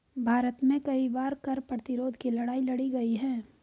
भारत में कई बार कर प्रतिरोध की लड़ाई लड़ी गई है